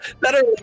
better